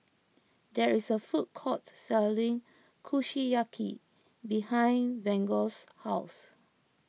there is a food court selling Kushiyaki behind Vaughn's house